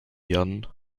jan